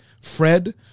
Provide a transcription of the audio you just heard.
Fred